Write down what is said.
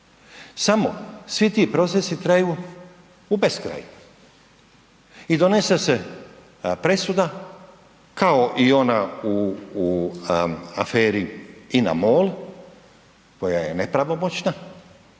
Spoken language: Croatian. samo svi ti procesi traju u beskraj. I donese se presuda kao i ona u aferi INA-MOL koja je nepravomoćna